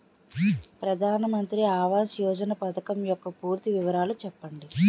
ప్రధాన మంత్రి ఆవాస్ యోజన పథకం యెక్క పూర్తి వివరాలు చెప్పండి?